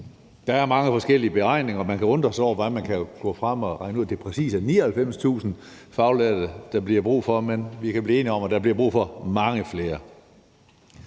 Der er mange forskellige beregninger, og man kan undre sig over, hvordan man kan nå frem til og regne ud, at det præcis er 99.000 faglærte, der bliver brug for, men vi kan blive enige om, at der bliver brug for mange flere.